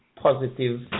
positive